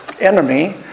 enemy